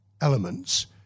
elements